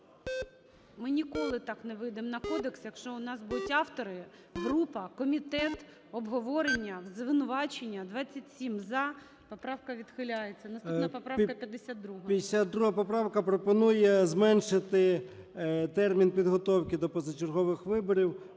Ми ніколи так не вийдемо на кодекс, якщо у нас будуть автори, група, комітет, обговорення, звинувачення. 16:59:40 За-27 Поправка відхиляється. Наступна поправка – 52-а. 16:59:46 ЧЕРНЕНКО О.М. 52 поправка пропонує зменшити термін підготовки до позачергових виборів.